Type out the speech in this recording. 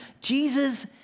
Jesus